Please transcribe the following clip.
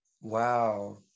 wow